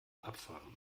abfahren